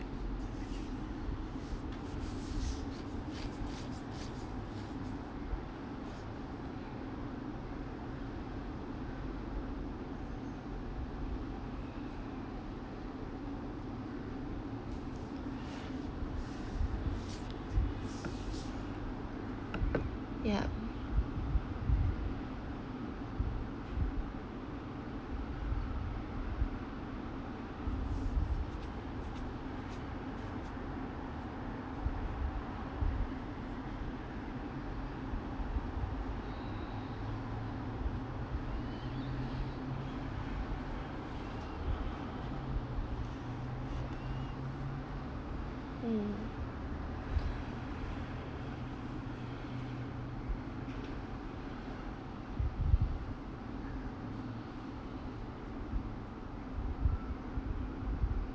ya mm